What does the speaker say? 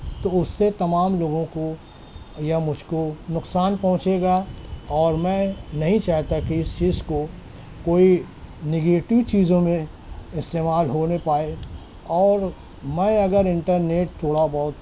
تو اس سے تمام لوگوں کو یا مجھ کو نقصان پہنچے گا اور میں نہیں چاہتا کہ اس چیز کو کوئی نگیٹو چیزوں میں استعمال ہونے پائے اور میں اگر انٹرنیٹ تھوڑا بہت